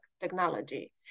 technology